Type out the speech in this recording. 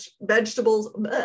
vegetables